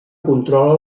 controla